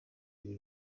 ibi